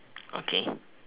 okay